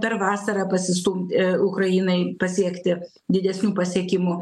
per vasarą pasistumt ukrainai pasiekti didesnių pasiekimų